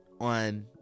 On